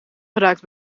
geraakt